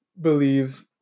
believes